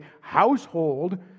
household